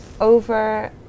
over